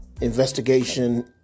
investigation